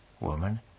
Woman